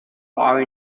far